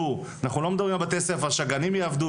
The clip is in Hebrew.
אבל את כל מורי התל"ן למשל, שיושבים